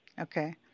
Okay